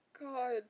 God